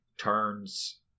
turns